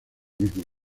misma